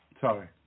Sorry